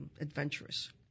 adventurous